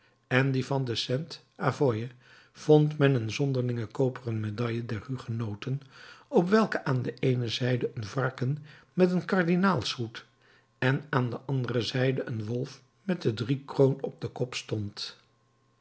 en die van st avoye vond men een zonderlinge koperen medaille der hugenoten op welke aan de eene zijde een varken met een kardinaalshoed en aan de andere zijde een wolf met de driekroon op den kop stond